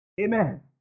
amen